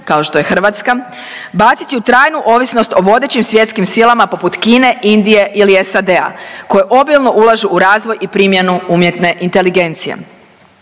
kao što je Hrvatska baciti u trajnu ovisnost o vodećim svjetskim silama poput Kine, Indije ili SAD-a koje obilno ulažu u razvoj i primjenu umjetne inteligencije.